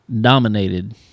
dominated